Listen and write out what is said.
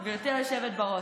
גברתי היושבת-ראש,